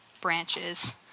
branches